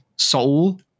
soul